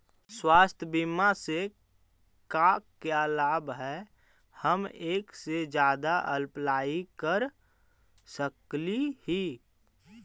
स्वास्थ्य बीमा से का क्या लाभ है हम एक से जादा अप्लाई कर सकली ही?